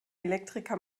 elektriker